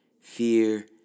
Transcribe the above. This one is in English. Fear